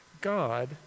God